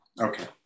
okay